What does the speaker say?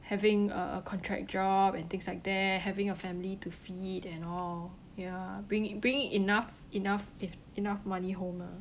having a contract job and things like that having a family to feed and all ya bring in bring in enough enough e~ enough money home lah